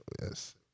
Yes